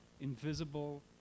invisible